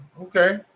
Okay